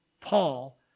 Paul